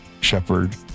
shepherd